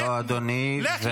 לא, אדוני.